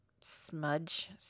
smudge